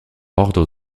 ordre